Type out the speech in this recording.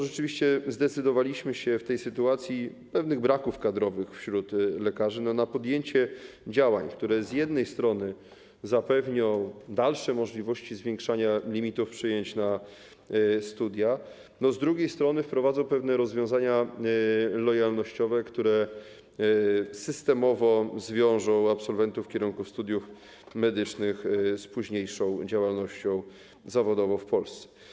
Rzeczywiście zdecydowaliśmy się w tej sytuacji pewnych braków kadrowych wśród lekarzy na podjęcie działań, które z jednej strony zapewnią dalsze możliwości zwiększania limitów przyjęć na studia, z drugiej strony wprowadzą pewne rozwiązania lojalnościowe, które systemowo zwiążą absolwentów kierunków studentów medycznych z późniejszą działalnością zawodową w Polsce.